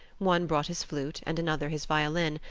one brought his flute and another his violin,